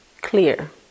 clear